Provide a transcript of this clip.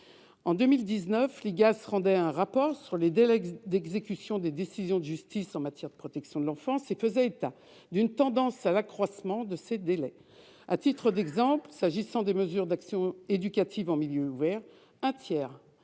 sociales (IGAS) rendait un rapport sur les délais d'exécution des décisions de justice en matière de protection de l'enfance et faisait état d'une tendance à l'accroissement de ces délais. À titre d'exemple, s'agissant des mesures d'action éducative en milieu ouvert, un tiers